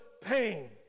pain